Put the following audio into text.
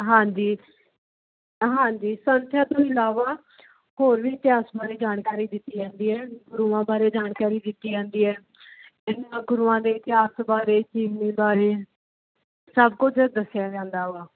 ਹਾਂਜੀ ਹਾਂਜੀ ਸੰਥਿਆ ਤੋਂ ਇਲਾਵਾ ਹੋਰ ਵੀ ਇਤਿਹਾਸ ਬਾਰੇ ਜਾਣਕਾਰੀ ਦਿੱਤੀ ਜਾਂਦੀ ਹੈ ਗੁਰੂਆਂ ਬਾਰੇ ਜਾਣਕਾਰੀ ਦਿੱਤੀ ਜਾਂਦੀ ਹੈ ਗੁਰੂਆਂ ਦੇ ਇਤਿਹਾਸ ਬਾਰੇ ਜੀਵਨੀ ਬਾਰੇ ਸਭ ਕੁਝ ਦੱਸਿਆ ਜਾਂਦਾ ਵਾ